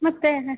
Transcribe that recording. ಮತ್ತೆ